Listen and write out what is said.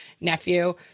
nephew